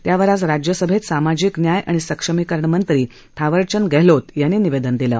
त्यावर आज राज्यसभेत सामाजिक न्याय आणि सक्षमीकरणमंत्री थावरचंद गेहलोत यांनी निवेदन दिलं